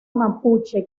mapuche